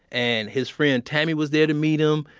and his friend tammy was there to meet him,